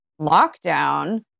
lockdown